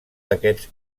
d’aquests